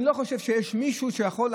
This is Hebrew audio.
אני לא חושב שיש מישהו שיכול,